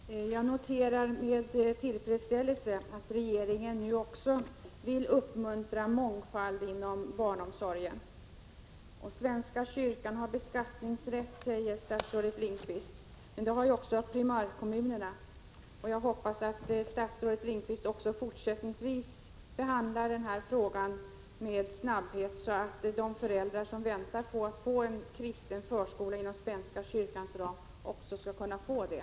Herr talman! Jag noterar med tillfredsställelse att regeringen nu också vill uppmuntra mångfalden inom barnomsorgen. Svenska kyrkan har beskattningsrätt, säger statsrådet Lindqvist, men det har också primärkommunerna. Jag hoppas att statsrådet också fortsättningsvis behandlar den här frågan med snabbhet, så att de föräldrar som väntar på att få en kristen förskola inom svenska kyrkans ram också skall kunna få det.